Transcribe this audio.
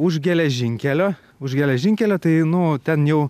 už geležinkelio už geležinkelio tai nu ten jau